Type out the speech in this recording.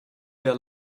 their